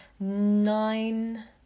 nine